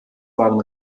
waren